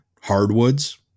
hardwoods